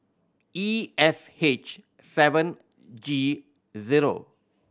E S H seven G zero